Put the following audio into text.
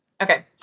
Okay